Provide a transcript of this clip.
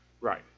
Right